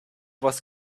was